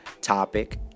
topic